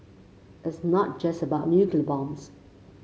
it's not just about nuclear bombs